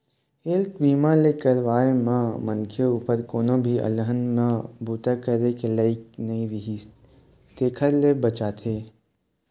health बीमा ल करवाए म मनखे उपर कोनो भी अलहन म बूता करे के लइक नइ रिहिस तेखर ले बचाथे